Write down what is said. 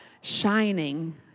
shining